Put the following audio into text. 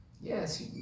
Yes